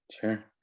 Sure